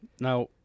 Now